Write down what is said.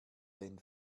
denn